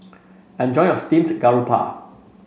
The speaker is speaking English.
enjoy your Steamed Garoupa